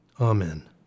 Amen